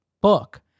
book